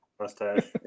Mustache